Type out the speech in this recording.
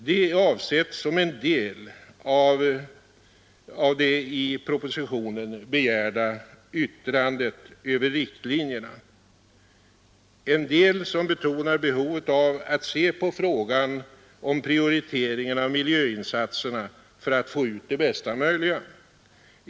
Det är avsett som en del av det i propositionen begärda yttrandet över riktlinjerna, en del som betonar behovet av att se på frågan om prioriteringen av miljöinsatserna för att få ut det bästa möjliga.